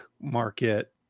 market